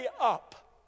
up